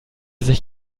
sich